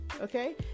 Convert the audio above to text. okay